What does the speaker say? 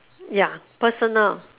ya personal